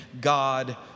God